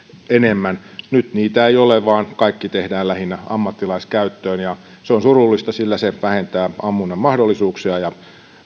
enemmän nyt niitä ei ole vaan kaikki tehdään lähinnä ammattilaiskäyttöön se on surullista sillä se vähentää ammunnan mahdollisuuksia ja